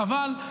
חבל,